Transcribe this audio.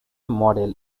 model